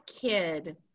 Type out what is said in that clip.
kid